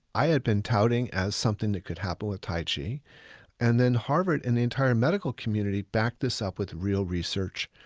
i had been touting as something that could happen with tai chi and then harvard and the entire medical community backed this up with real research.